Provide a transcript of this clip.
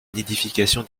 nidification